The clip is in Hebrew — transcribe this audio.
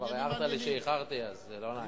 כבר הערת לי שאיחרתי, אז לא נעים.